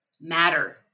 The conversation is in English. matter